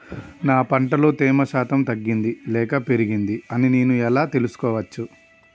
నా పంట లో తేమ శాతం తగ్గింది లేక పెరిగింది అని నేను ఎలా తెలుసుకోవచ్చు?